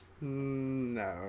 No